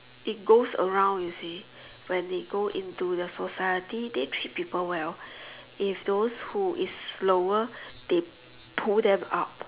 it goes around you see when they go into the society they treat people well if those who is slower they pull them up